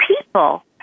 people